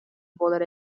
буолар